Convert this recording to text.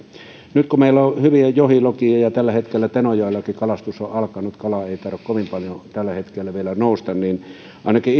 nyt kun meillä on on hyviä lohijokia ja ja tällä hetkellä tenojoellakin kalastus on on alkanut kala ei taida kovin paljon tällä hetkellä vielä nousta ainakin